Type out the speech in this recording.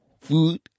food